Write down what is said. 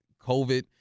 COVID